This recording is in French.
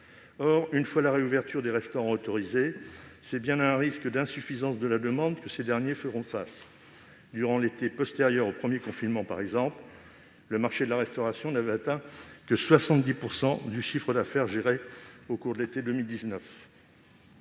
Or, une fois la réouverture des restaurants autorisée, c'est bien à un risque d'insuffisance de la demande que ces derniers feront face. Durant l'été postérieur au premier confinement, par exemple, le marché de la restauration n'avait atteint que 70 % du chiffre d'affaires enregistré au cours de l'été 2019.